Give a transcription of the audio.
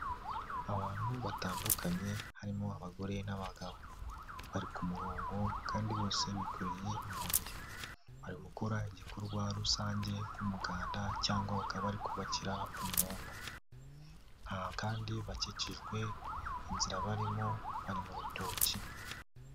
Abantu batandukanye harimo abagore n'abagabo bari ku murongo kandi bose bikoreye amabuye, bari gukora igikorwa rusange nk'umuganda cyangwa bakaba bari kubakira umuntu, aba kandi bakikijwe inzira barimo bari mu rutoki.